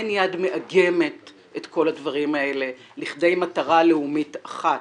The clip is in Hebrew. אין יד מאגמת את כל הדברים האלה לכדי מטרה לאומית אחת.